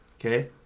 Okay